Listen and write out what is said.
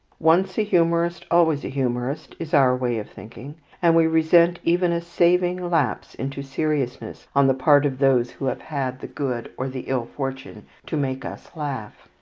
once a humourist, always a humourist, is our way of thinking and we resent even a saving lapse into seriousness on the part of those who have had the good or the ill fortune to make us laugh.